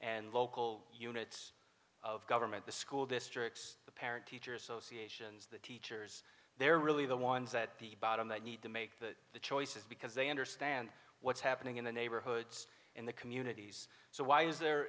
and local units of government the school districts the parent teacher association as the teachers they're really the ones at the bottom they need to make the the choices because they understand what's happening in the neighborhoods in the communities so why is there